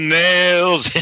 nails